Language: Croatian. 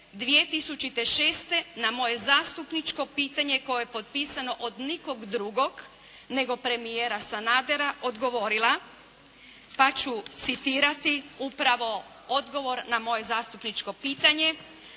2006. na moje zastupničko pitanje koje je potpisano od nikog drugog nego od premijera Sanadera odgovorila, pa ću citirati upravo odgovor na moje zastupničko pitanje.